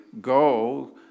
go